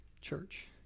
church